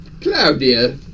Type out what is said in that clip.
Claudia